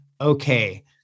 okay